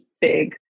big